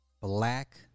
black